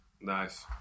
Nice